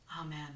Amen